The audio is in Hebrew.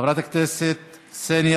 חברת הכנסת קסניה